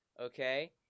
okay